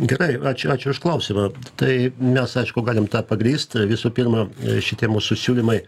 gerai ačiū ačiū už klausimą tai mes aišku galim tą pagrįst visų pirma šitie mūsų siūlymai